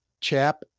Chap